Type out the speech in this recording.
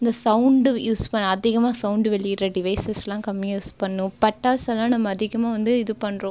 இந்த sound use அதிகமாக sound வெளியிடுகிற டிவைசஸெல்லாம் கம்மியாக யூஸ் பண்ணணும் பட்டாசெல்லாம் நம்ம அதிகமாக வந்து இது பண்ணுறோம்